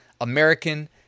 American